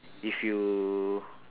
if you